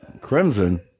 Crimson